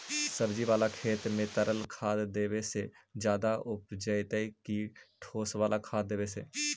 सब्जी बाला खेत में तरल खाद देवे से ज्यादा उपजतै कि ठोस वाला खाद देवे से?